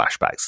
flashbacks